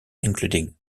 including